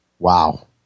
Wow